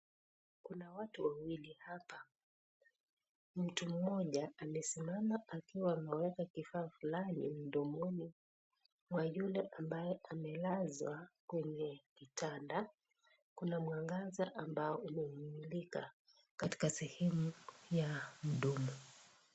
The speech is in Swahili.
Kuna watu wawili hapa, mtu mmoja amesimama akiwa ameweka kifaa fulani mdomoni mwa yule ambaye amelazwa kwenye kitanda kuna mwangaza ambao umemmulika katika sehemu ya mdomo.